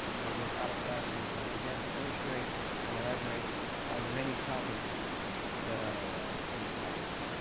and they work out of class and in class, again, to illustrate and elaborate on the many topics that are in the class.